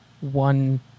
one